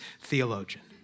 theologian